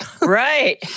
Right